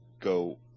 go